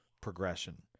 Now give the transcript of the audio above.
progression